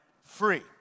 free